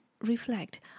reflect